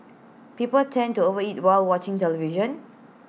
people tend to over eat while watching television